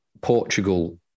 Portugal